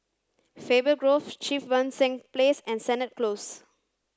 Faber Grove Cheang Wan Seng Place and Sennett Close